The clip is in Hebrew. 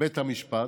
בית המשפט,